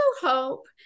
hope